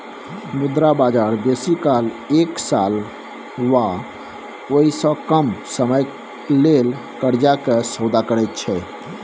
मुद्रा बजार बेसी काल एक साल वा ओइसे कम समयक लेल कर्जा के सौदा करैत छै